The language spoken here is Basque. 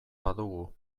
badugu